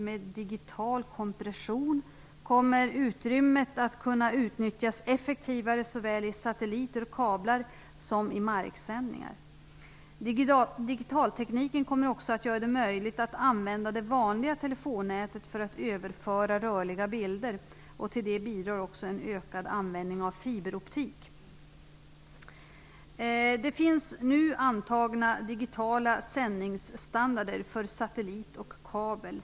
Med digital kompression kommer utrymmet att kunna utnyttjas effektivare såväl i satelliter och kablar som i marksändningar. Digitaltekniken kommer också att göra det möjligt att använda det vanliga telefonnätet för att överföra rörliga bilder. Till det bidrar också en ökad användning av fiberoptik. Det finns nu antagna digitala sändningsstandarder för satellit och kabel.